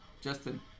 Justin